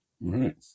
right